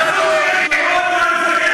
אתה לא מתבייש ועוד גם מתווכח?